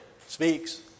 speaks